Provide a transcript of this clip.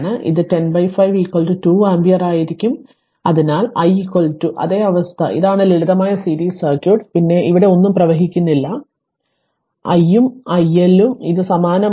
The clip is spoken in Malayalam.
ഇത് 10 5 2 ആമ്പിയർ ആയിരിക്കും അതിനാൽ i അതേ അവസ്ഥ ഇതാണ് ലളിതമായ സീരീസ് സർക്യൂട്ട് പിന്നെ ഇവിടെ ഒന്നും പ്രവഹിക്കുന്നില്ല അതിനാൽ i ഉം i L ഉം ഇത് സമാനമാണ്